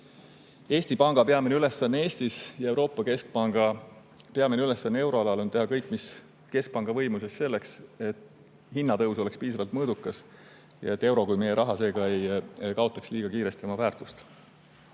Eesti Panga peamine ülesanne Eestis ja Euroopa Keskpanga peamine ülesanne euroalal on teha kõik, mis keskpanga võimuses, selleks, et hinnatõus oleks piisavalt mõõdukas ja et euro kui meie ühisraha ei kaotaks liiga kiiresti oma väärtust. Keskpanku